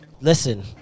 listen